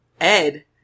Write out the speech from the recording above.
Ed